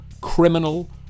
criminal